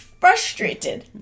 frustrated